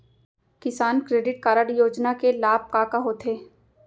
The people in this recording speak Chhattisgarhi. किसान क्रेडिट कारड योजना के लाभ का का होथे?